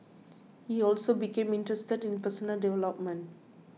he also became interested in personal development